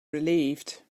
relieved